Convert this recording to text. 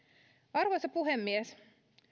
arvoisa puhemies